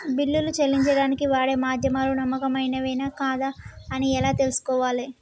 బిల్లులు చెల్లించడానికి వాడే మాధ్యమాలు నమ్మకమైనవేనా కాదా అని ఎలా తెలుసుకోవాలే?